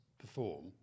perform